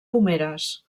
pomeres